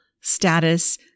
status